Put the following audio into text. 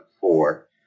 four